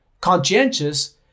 conscientious